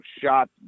shot